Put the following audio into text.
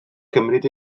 cymryd